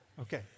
Okay